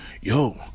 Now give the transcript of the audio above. Yo